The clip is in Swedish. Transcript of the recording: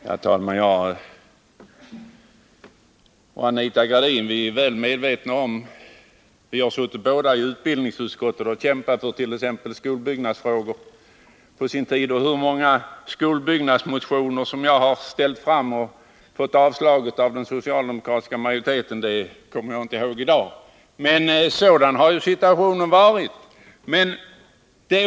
Herr talman! Både Anita Gradin och jag är väl medvetna om hur det förhåller sig. Vi har båda suttit i utbildningsutskottet och kämpat i t.ex. skolbyggnadsfrågor. Hur många av de skolbyggnadsmotioner som jag har väckt som har fått avslag av den socialdemokratiska majoriteten kommer jag inte ihåg i dag, men så har ju situationen varit.